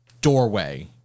doorway